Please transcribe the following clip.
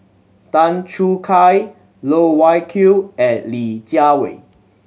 Tan Choo Kai Loh Wai Kiew and Li Jiawei